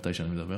מתי שאני מדבר,